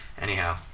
Anyhow